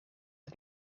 het